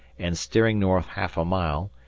and steering north half a mile,